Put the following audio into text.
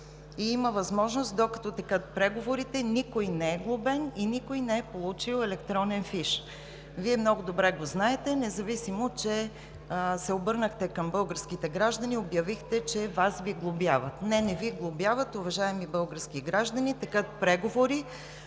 има възможност, докато текат преговорите, никой да не е глобен и никой не е получил електронен фиш. Вие много добре знаете, независимо че се обърнахте към българските граждани и обявихте, че Вас Ви глобяват. Не, не Ви глобяват. Уважаеми български граждани, текат преговори